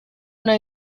una